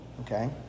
Okay